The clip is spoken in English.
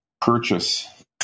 purchase